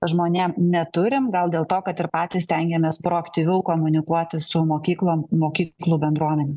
žmonėm neturim gal dėl to kad ir patys stengiamės proaktyviau komunikuoti su mokyklom mokyklų bendruomenėm